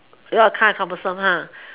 without a car is troublesome ah